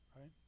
right